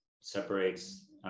separates